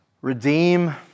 redeem